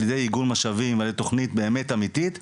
ידי הקצאת משאבים ותוכנית באמת אמיתית ,